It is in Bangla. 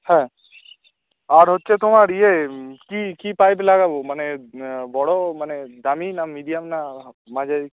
হ্যাঁ আর হচ্ছে তোমার ইয়ে কী কী পাইপ লাগাবো মানে বড়ো মানে দামি না মিডিয়াম না মাঝারি